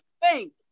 bank